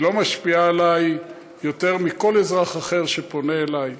היא לא משפיעה עליי יותר מכל אזרח אחר שפונה אליי,